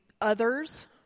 others